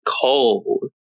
cold